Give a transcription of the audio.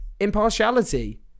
impartiality